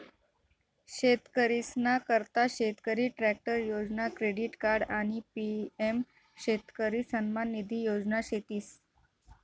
शेतकरीसना करता शेतकरी ट्रॅक्टर योजना, क्रेडिट कार्ड आणि पी.एम शेतकरी सन्मान निधी योजना शेतीस